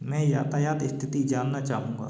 मैं यातायात स्थिति जानना चाहूँगा